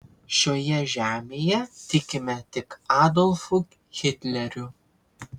šioje žemėje tikime tik adolfu hitleriu